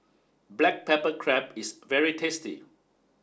black pepper crab is very tasty